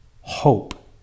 hope